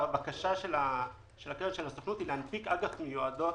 הבקשה של הסוכנות היא להנפיק אג"ח מיועדות